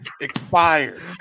Expired